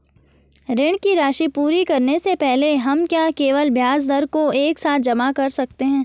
ऋण की राशि पूरी करने से पहले हम क्या केवल ब्याज दर को एक साथ जमा कर सकते हैं?